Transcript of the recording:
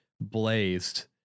blazed